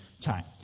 time